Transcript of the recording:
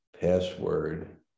password